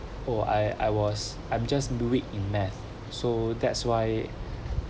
oh I I was I'm just the weak in maths so that's why